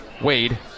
Wade